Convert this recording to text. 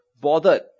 bothered